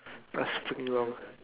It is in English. plus took me long